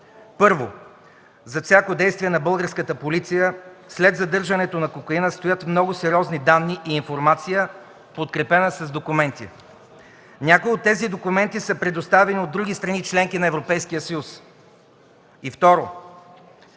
Първо, зад всяко действие на българската полиция след задържането на кокаина стоят много сериозни данни и информация, подкрепена с документи. Някои от тези документи са предоставени от други страни – членки на Европейския съюз. И второ,